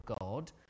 God